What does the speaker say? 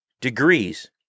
degrees